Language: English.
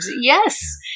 yes